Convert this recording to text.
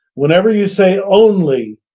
whenever you say only,